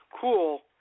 cool